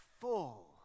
full